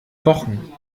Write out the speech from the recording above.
wochen